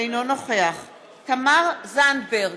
אינו נוכח תמר זנדברג,